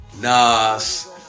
Nas